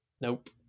Nope